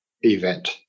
event